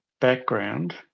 background